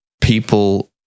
people